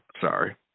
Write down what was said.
sorry